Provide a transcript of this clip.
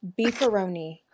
beefaroni